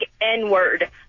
N-word